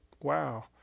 wow